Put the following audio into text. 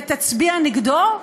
תצביע נגדה?